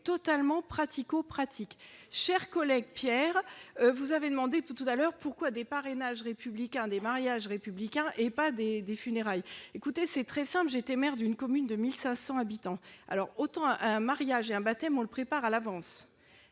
totalement pratico-pratique, chers collègues, Pierre, vous avez demandé tout à l'heure pourquoi des parrainages républicains des mariages républicains et pas des des funérailles écoutez c'est très simple, était maire d'une commune de 1500 habitants alors autant un mariage et un baptême on le prépare à l'avance